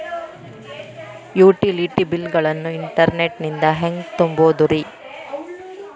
Utility bill ಗಳನ್ನ internet ನಿಂದ ಹೆಂಗ್ ತುಂಬೋದುರಿ?